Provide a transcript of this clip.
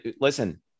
listen